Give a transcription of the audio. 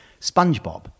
SpongeBob